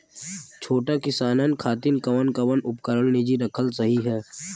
छोट किसानन खातिन कवन कवन उपकरण निजी रखल सही ह?